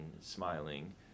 smiling